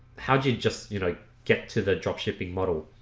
how did you just you know get to the dropshipping model?